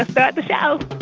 ah but the show